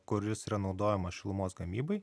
kuris yra naudojamas šilumos gamybai